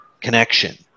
connection